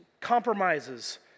compromises